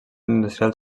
industrial